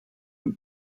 een